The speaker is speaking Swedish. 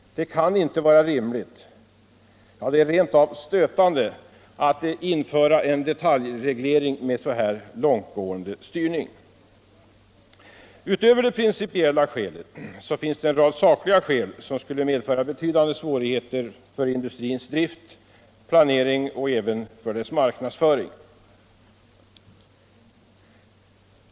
Det kan inte vara rimligt, det är rent av stötande att införa en detaljreglering med så här långtgående styrning. Utöver det principiella skälet finns en rad sakliga skäl som skulle medföra betydande svårigheter för industrins drift, planering och även för dess marknadsföring.